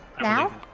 now